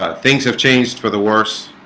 ah things have changed for the worse